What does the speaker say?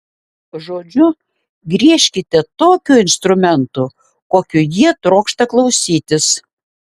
žodžiu griežkite tokiu instrumentu kokio jie trokšta klausytis